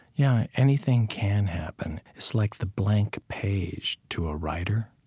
yeah. anything can happen. it's like the blank page to a writer.